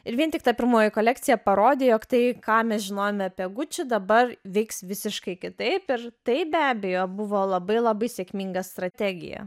ir vien tik ta pirmoji kolekcija parodė jog tai ką mes žinojome apie gucci dabar veiks visiškai kitaip ir tai be abejo buvo labai labai sėkminga strategija